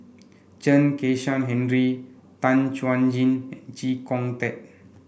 Chen Kezhan Henri Tan Chuan Jin and Chee Kong Tet